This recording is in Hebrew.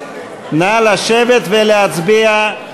נא לשבת ולהצביע,